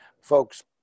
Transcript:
folks